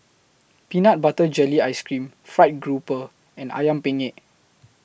Peanut Butter Jelly Ice Cream Fried Grouper and Ayam Penyet